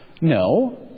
No